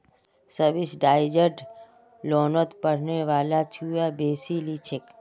subsidised लोनोत पढ़ने वाला छुआ बेसी लिछेक